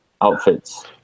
outfits